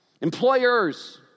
Employers